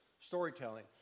storytelling